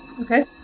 Okay